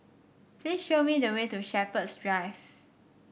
please show me the way to Shepherds Drive